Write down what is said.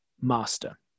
master